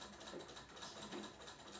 मला गृहकर्जासाठी गॅरंटी देणं बंधनकारक आहे का?